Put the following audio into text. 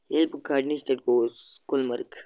ییٚلہِ بہٕ گۄڈٕنِچ لَٹہِ گوٚوُس گُلمَرگ